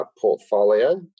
portfolio